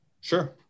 sure